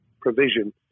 provision